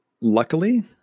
Luckily